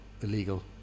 illegal